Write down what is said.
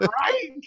Right